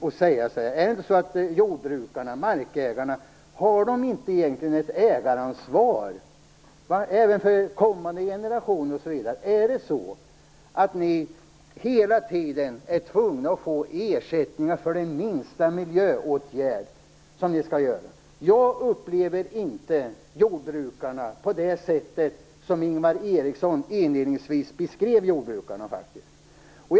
Är det inte egentligen så att jordbrukarna, markägarna, har ett ägaransvar - även för kommande generationer? Är det så att ni hela tiden är tvungna att få ersättningar för den minsta miljöåtgärd ni skall genomföra? Jag upplever inte jordbrukarna på det sätt som Ingvar Eriksson inledningvis beskrev dem på.